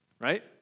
Right